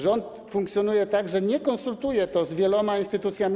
Rząd funkcjonuje tak, że nie konsultuje się z wieloma instytucjami.